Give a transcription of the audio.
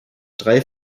drei